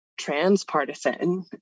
transpartisan